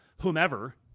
whomever